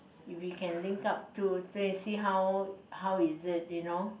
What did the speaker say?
if we can link up to then we see how how is it you know